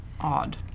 odd